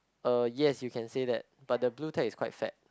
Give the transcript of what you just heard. uh yes you can say that but the blue tag is quite fat